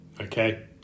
okay